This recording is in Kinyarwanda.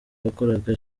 abakoraga